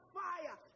fire